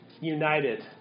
united